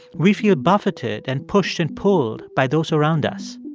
we feel buffeted and pushed and pulled by those around us.